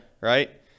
Right